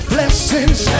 Blessings